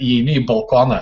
įeini į balkoną